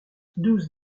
douze